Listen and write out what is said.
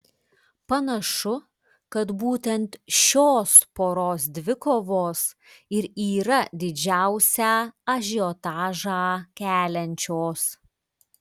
panašu kad būtent šios poros dvikovos ir yra didžiausią ažiotažą keliančios